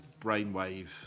brainwave